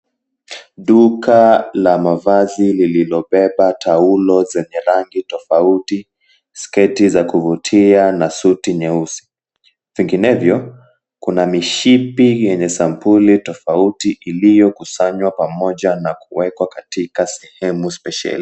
Duka la mavazi lililo beba taulo rangi tofauti, sketi za kupendeza na suti nyeusi vinginevyo kuna mishipi yenye sampuli tofauti iliokusanywa pamoja nakuwekwa katika sehemu spesheli.